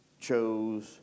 chose